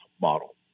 model